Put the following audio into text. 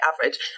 average